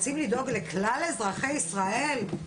רוצים לדאוג לכלל אזרחי ישראל.